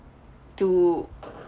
to